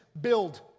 build